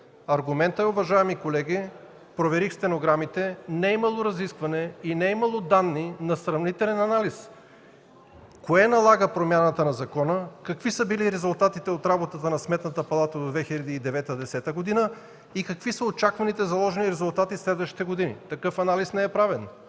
Аргументът, уважаеми колеги – проверих стенограмите, не е имало разисквания и не е имало данни на сравнителен анализ – кое налага промяната на закона, какви са били резултатите от работата на Сметната палата от 2009 и 2010 г. и какви са очакваните заложени резултати в следващите години? Такъв анализ не е правен.